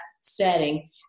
setting